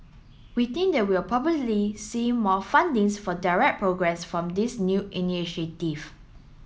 we think that we'll probably see more fundings for direct programmes from this new initiative